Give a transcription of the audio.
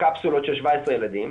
קפסולות של 17 ילדים,